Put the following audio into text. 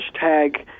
hashtag